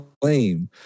claim